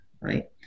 right